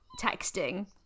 texting